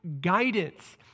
Guidance